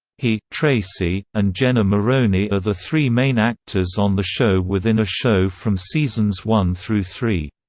he, tracy, and jenna maroney are the three main actors on the show-within-a-show from seasons one through three.